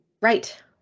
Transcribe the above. Right